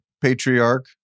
patriarch